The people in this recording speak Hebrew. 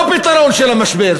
לא פתרון של המשבר.